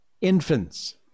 infants